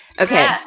Okay